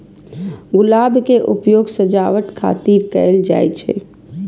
गुलाब के उपयोग सजावट खातिर कैल जाइ छै